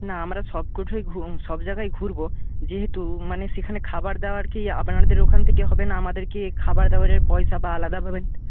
না আমরা সব কটাই সব জায়গায়ই ঘুরব যেহেতু মানে সেখানে খাবার দাবার কি আপনাদের ওখান থেকে হবে না আমাদেরকে খাবার দাবারের পয়সা বা আলাদাভাবে